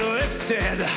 lifted